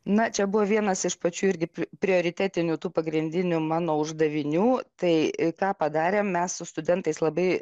na čia buvo vienas iš pačių irgi pri prioritetinių tų pagrindinių mano uždavinių tai ką padarėm mes su studentais labai